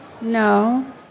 No